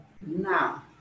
now